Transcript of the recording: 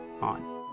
on